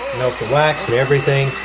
melt the wax and everything,